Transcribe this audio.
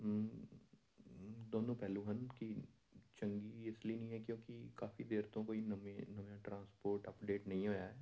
ਦੋਨੋਂ ਪਹਿਲੂ ਹਨ ਕਿ ਚੰਗੀ ਇਸ ਲਈ ਨਹੀਂ ਹੈ ਕਿਉਂਕਿ ਕਾਫ਼ੀ ਦੇਰ ਤੋਂ ਕੋਈ ਨਵੇਂ ਨਵੇਂ ਟਰਾਂਸਪੋਰਟ ਅਪਡੇਟ ਨਹੀਂ ਹੋਇਆ